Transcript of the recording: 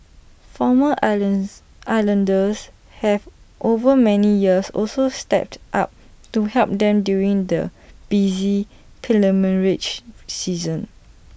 former islands islanders have over many years also stepped up to help them during the busy season